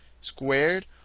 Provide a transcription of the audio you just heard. squared